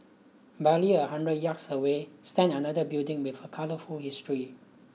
barely a hundred yards away stand another building with a colourful history